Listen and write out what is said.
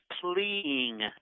pleading